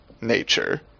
nature